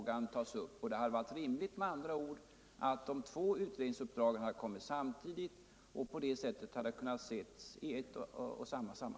Det hade med andra ord varit rimligt att de två utredningsuppdragen hade givits samtidigt så att problemen på det sättet kunnat ses i ett sammanhang.